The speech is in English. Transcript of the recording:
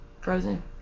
Frozen